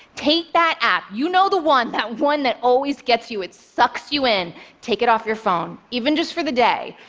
take that app you know the one that one that always gets you, it sucks you in take it off your phone, even if just for the day.